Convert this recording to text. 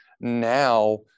now